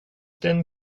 den